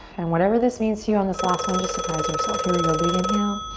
and whatever this means to you on this last one, just surprise yourself. here we go. big inhale.